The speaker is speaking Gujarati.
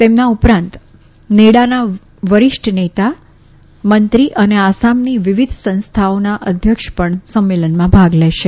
તેમના ઉપરાંત નેડાના વરિષ્ઠ નેતા મંત્રી અને આસામની વિવિધ સંસ્થાઓના અધ્યક્ષ પણ સંમેલનમાં ભાગ લેશે